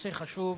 נושא חשוב,